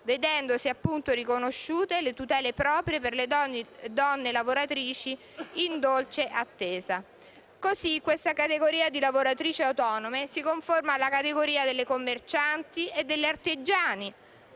vedendosi appunto riconosciute le tutele proprie per le donne lavoratrici in dolce attesa. In tal modo questa categoria di lavoratrici autonome si conforma a quella delle commercianti e delle artigiane,